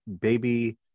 baby